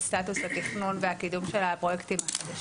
סטטוס התכנון והקידום של הפרויקטים החדשים.